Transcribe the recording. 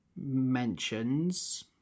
mentions